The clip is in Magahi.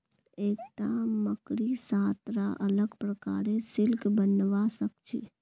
एकता मकड़ी सात रा अलग प्रकारेर सिल्क बनव्वा स ख छ